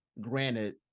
Granted